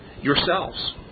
yourselves